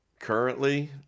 currently